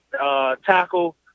tackle